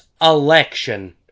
election